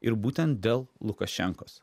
ir būtent dėl lukašenkos